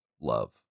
love